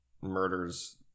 murders